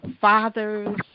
fathers